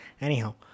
Anyhow